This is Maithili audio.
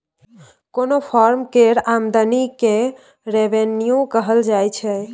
कोनो फर्म केर आमदनी केँ रेवेन्यू कहल जाइ छै